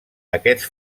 aquests